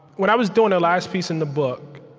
when i was doing the last piece in the book,